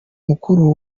mukuru